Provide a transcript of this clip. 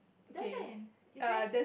is there